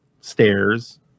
stairs